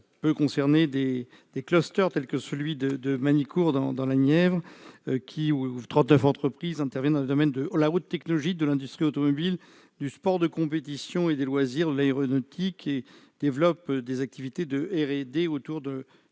cela peut concerner des clusters tel celui de Magny-Cours dans la Nièvre, où 39 entreprises interviennent dans les domaines de la haute technologie, de l'industrie automobile du sport de compétition et de loisir, de l'aéronautique et de la R&D relative à la voiture de